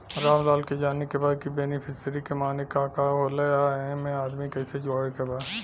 रामलाल के जाने के बा की बेनिफिसरी के माने का का होए ला एमे आदमी कैसे जोड़े के बा?